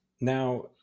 now